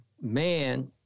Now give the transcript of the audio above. man